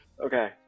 Okay